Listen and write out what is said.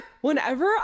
whenever